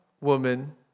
woman